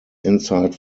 inside